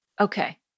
Okay